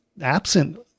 absent